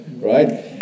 right